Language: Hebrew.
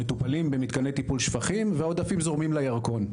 מטופלים במתקני טיפול שפכים והעודפים זורמים לירקון.